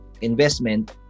investment